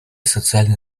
социальную